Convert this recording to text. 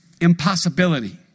impossibility